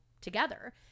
together